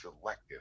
selective